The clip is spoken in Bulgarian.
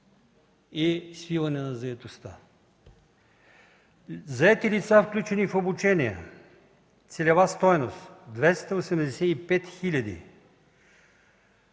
и свиване на заетостта. Заети лица, включени в обучение – целева стойност 285